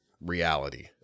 reality